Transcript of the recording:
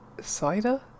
Cider